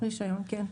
כן.